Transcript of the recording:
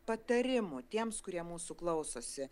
patarimų tiems kurie mūsų klausosi